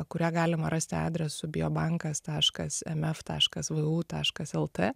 kurią galima rasti adresu biobankas taškas mf taškas vu taškas lt